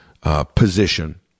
position